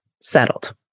settled